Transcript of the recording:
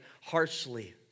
harshly